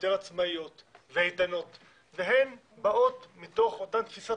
ויותר עצמאיות ואיתנות והן באות מתוך אותה תפיסת